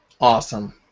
Awesome